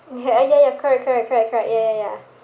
ya ya ya correct correct correct correct ya ya ya